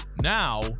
Now